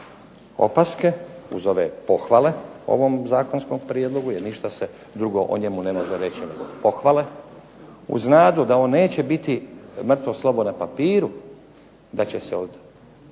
opaske, uz ove pohvale ovom zakonskom prijedlogu jer ništa se drugo o njemu ne može reći nego pohvale, uz nadu da on neće biti mrtvo slovo na papiru, da će se